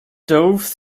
doves